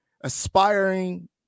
aspiring